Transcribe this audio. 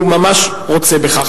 הוא ממש רוצה בכך,